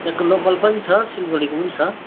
यहाँको लोकल पनि छ सिलगढीको पनि छ